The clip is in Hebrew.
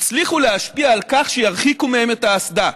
והצליחו להשפיע כך שירחיקו מהם את האסדה,